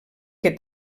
que